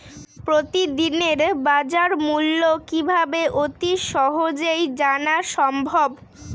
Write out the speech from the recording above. প্রতিদিনের বাজারমূল্য কিভাবে অতি সহজেই জানা সম্ভব?